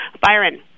Byron